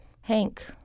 Hank